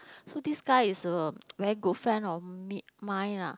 so this guy is a very good friend of me mine lah